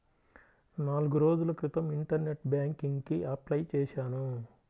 నాల్గు రోజుల క్రితం ఇంటర్నెట్ బ్యేంకింగ్ కి అప్లై చేశాను